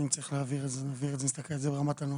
אם צריך להבהיר את זה, נבהיר את זה ברמת הנוסח.